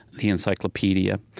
the encyclopedia.